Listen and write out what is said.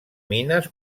mines